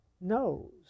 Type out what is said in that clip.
knows